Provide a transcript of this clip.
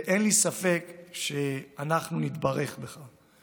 ואין לי ספק שאנחנו נתברך בך.